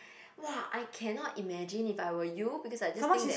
!wah! I cannot imagine if I were you because I just think that